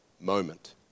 moment